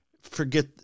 forget